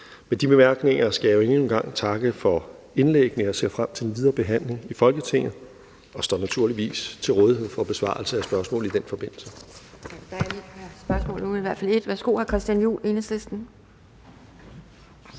Med de bemærkninger skal jeg endnu en gang takke for indlæggene. Jeg ser frem til den videre behandling i Folketinget og står naturligvis til rådighed for besvarelse af spørgsmål i den forbindelse.